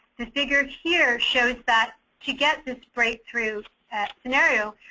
the figure here shows that to get this breakthrough scenario,